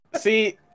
See